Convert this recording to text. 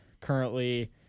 currently